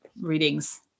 readings